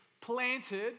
planted